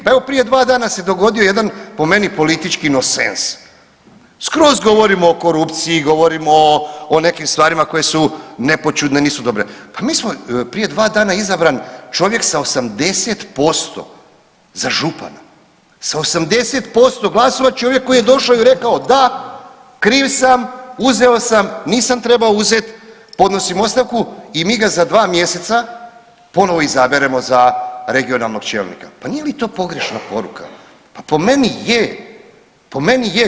Pa evo prije 2 dana se dogodio jedan pop meni politički nonsens, skroz govorimo o korupciji, govorimo o nekim stvarima koje su nepoćudne, nisu dobre, pa mi smo prije 2 dana je izabran čovjek sa 80% za župana, sa 80% glasova čovjek koji je došao i rekao da kriv sam, uzeo sam, nisam trebao uzeti, podnosim ostavku i mi ga za 2 mjeseca ponovo izaberemo za regionalnog čelnika, pa nije li to pogrešna poruka, pa po meni je, po meni je.